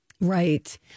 Right